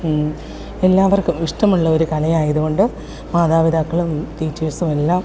എല്ലാവർക്കും ഇഷ്ടമുള്ള ഒരു കല ആയതുകൊണ്ട് മാതാപിതാക്കളും ടീച്ചേഴ്സും എല്ലാം